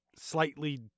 slightly